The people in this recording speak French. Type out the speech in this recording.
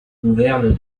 gouverne